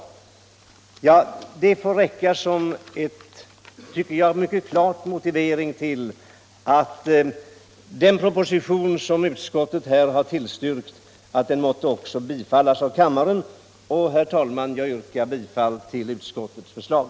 Detta får räcka som en, tycker jag, mycket klar motivering till att den proposition som utskottet har tillstyrkt också måste bifallas av kammaren. Herr talman! Jag yrkar bifall till utskottets förslag.